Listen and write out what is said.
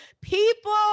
people